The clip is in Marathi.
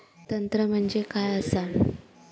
तंत्र म्हणजे काय असा?